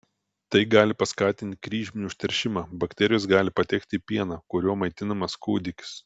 tai gali paskatinti kryžminį užteršimą bakterijos gali patekti į pieną kuriuo maitinamas kūdikis